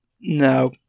No